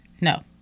no